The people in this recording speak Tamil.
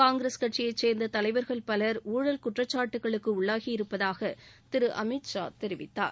காங்கிரஸ் கட்சியைச் சேர்ந்த தலைவர்கள் பலர் ஊழல் குற்றச்சாட்டுகளுக்கு உள்ளாகி இருப்பதாக திரு அமித் ஷா தெரிவித்தார்